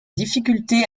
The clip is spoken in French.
difficultés